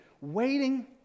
waiting